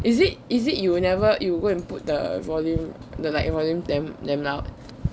is it is it you never you go and put the volume that like volume damn damn loud